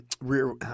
rear